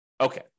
Okay